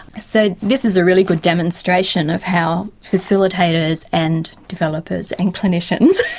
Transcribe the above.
so this is a really good demonstration of how facilitators and developers and clinicians